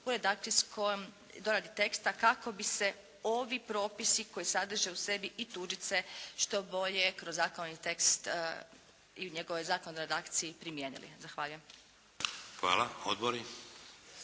u redakcijskoj doradi teksta kako bi se ovi propisi koji sadrže u sebi i tuđice što bolje kroz zakon i tekst i njegovoj zakonodavnoj redakciji primijenili. Zahvaljujem. **Šeks,